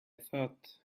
thought